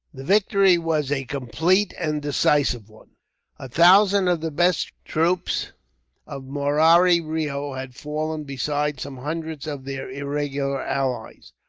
the victory was a complete and decisive one. a thousand of the best troops of murari reo had fallen, besides some hundreds of their irregular allies,